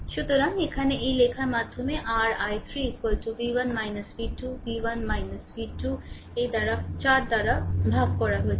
সুতরাং এখানে এই লেখার মাধ্যমে r i3 v1 v2 v1 v2 এই 4 দ্বারা ভাগ করা হয়েছে